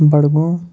Budgam